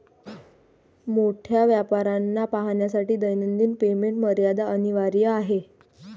मोठ्या व्यापाऱ्यांना पाहण्यासाठी दैनिक पेमेंट मर्यादा अनिवार्य आहे